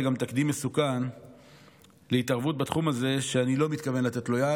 זה תקדים מסוכן להתערבות בתחום הזה שאני לא מתכוון לתת לו יד,